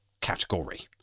category